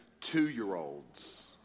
two-year-olds